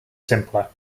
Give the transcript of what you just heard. simpler